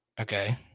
Okay